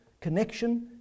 connection